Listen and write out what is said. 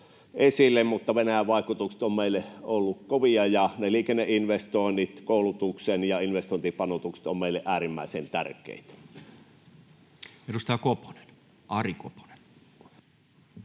mutta Venäjän vaikutukset ovat olleet meille kovia, ja liikenneinvestoinnit ja koulutus- ja investointipanostukset ovat meille äärimmäisen tärkeitä. Edustaja Koponen,